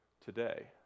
today